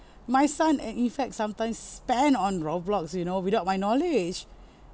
my son and in fact sometimes spend on roblox you know without my knowledge